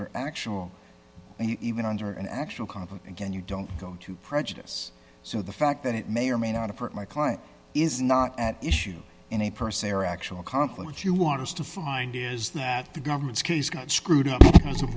under actual and even under an actual conflict again you don't go to prejudice so the fact that it may or may not approach my client is not at issue in a per se or actual conflict you want us to find is that the government's case got screwed up because of